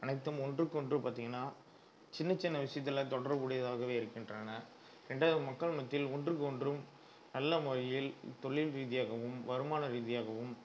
அனைத்தும் ஒன்றுக்கொன்று பார்த்தீங்கன்னா சின்னச்சின்ன விஷயத்துல தொடர்புடையதாகவே இருக்கின்றன ரெண்டாவது மக்கள் மத்தியில் ஒன்றுக்கொன்றும் நல்ல முறையில் தொழில் ரீதியாகவும் வருமான ரீதியாகவும்